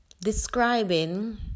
describing